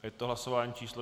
Je to hlasování číslo 61.